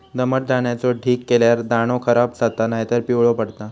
दमट धान्याचो ढीग केल्यार दाणो खराब जाता नायतर पिवळो पडता